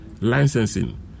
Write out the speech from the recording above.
licensing